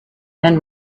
then